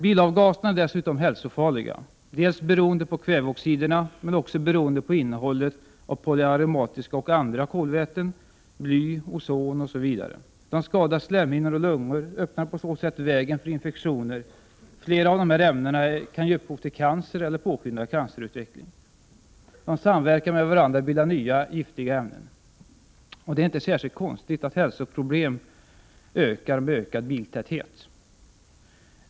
Bilavgaserna är dessutom hälsofarliga. Det beror dels på kväveoxiderna, dels på innehållet av polyaromatiska och även andra kolväten, bly, ozon m.m. De skadar slemhinnor och lungor och öppnar på så sätt vägen för infektioner. Flera av dessa ämnen kan ge upphov till cancer eller påskynda cancerutveckling. De samverkar med varandra och bildar nya giftiga ämnen. Det är inte särskilt konstigt att hälsoproblemen ökar med ökad biltäthet.